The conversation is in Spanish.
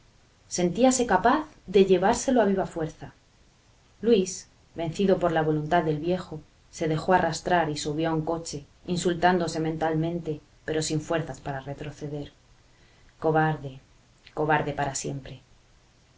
consentía sentíase capaz de llevárselo a viva fuerza luis vencido por la voluntad del viejo se dejó arrastrar y subió a un coche insultándose mentalmente pero sin fuerzas para retroceder cobarde cobarde para siempre